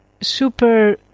super